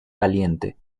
caliente